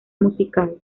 musical